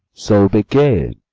so. begin.